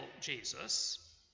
Jesus